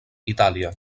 itàlia